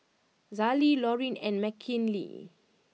Azalee Loreen and Mckinley